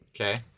Okay